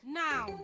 now